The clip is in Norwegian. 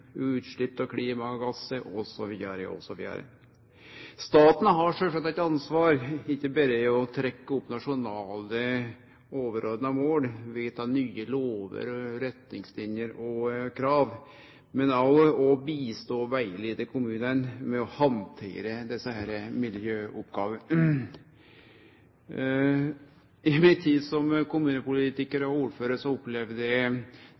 utslepp av klimagassar osv. Staten har sjølvsagt eit ansvar – ikkje berre for å trekkje opp nasjonale overordna mål, vedta nye lover, retningslinjer og krav, men òg for å hjelpe – og rettleie – kommunane med å handtere desse miljøoppgåvene. I mi tid som kommunepolitikar